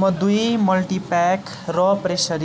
म दुई मल्टिप्याक र प्रेसर